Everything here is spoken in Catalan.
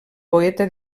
poeta